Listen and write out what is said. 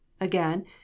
again